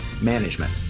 management